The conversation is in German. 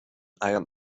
eiern